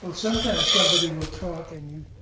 sometimes somebody will talk, and